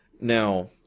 Now